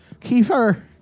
Kiefer